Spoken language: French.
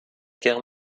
guerre